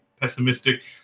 Pessimistic